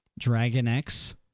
DragonX